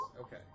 okay